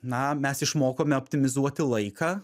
na mes išmokome optimizuoti laiką